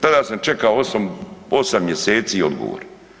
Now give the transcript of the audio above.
Tada sam čekao 8 mjeseci odgovor.